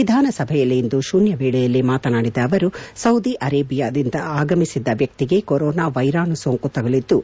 ವಿಧಾನಸಭೆಯಲ್ಲಿಂದು ಶೂನ್ಕವೇಳೆಯಲ್ಲಿ ಮಾತನಾಡಿದ ಅವರು ಸೌದಿ ಅರೇಬಿಯಾದಿಂದ ಆಗಮಿಸಿದ್ದ ವ್ಯಕ್ತಿಗೆ ಕೊರೊನಾ ವೈರಾಣು ಸೋಂಕು ತಗುಲಿದ್ದು